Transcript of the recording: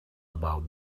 about